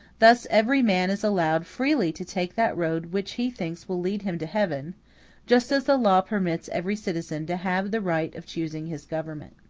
thus every man is allowed freely to take that road which he thinks will lead him to heaven just as the law permits every citizen to have the right of choosing his government.